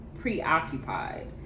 preoccupied